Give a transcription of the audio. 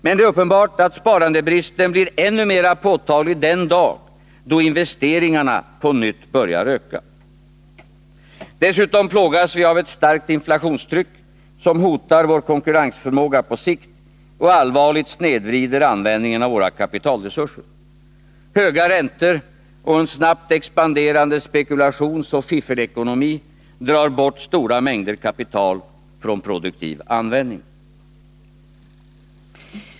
Men det är uppenbart att sparandebristen blir ännu mera påtaglig den dag då investeringarna på nytt börjar öka. Dessutom plågas vi av ett starkt inflationstryck, som hotar vår konkurrensförmåga på sikt och allvarligt snedvrider användningen av våra kapitalresurser. Höga räntor och en snabbt expanderande spekulationsoch fiffelekonomi drar bort stora mängder kapital från produktiv användning.